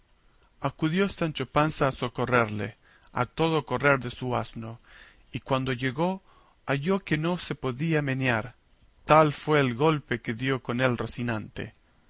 acudió sancho panza a socorrerle a todo el correr de su asno y cuando llegó halló que no se podía menear tal fue el golpe que dio con él rocinante